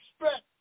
expect